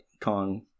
Kong